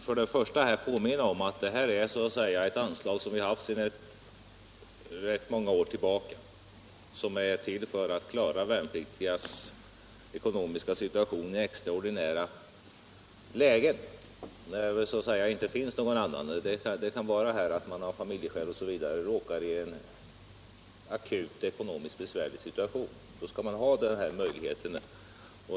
Herr talman! Jag vill påminna om att detta är ett anslag som vi har haft sedan rätt många år tillbaka och som är till för att klara värnpliktigas ekonomiska situation i extraordinära lägen, när det inte finns någon annan möjlighet. Om man av familjeskäl osv. råkar i en akut besvärlig ekonomisk situation, då skall man ha den här möjligheten.